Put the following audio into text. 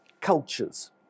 cultures